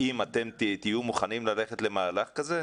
האם תהיו מוכנים ללכת למהלך כזה?